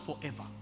forever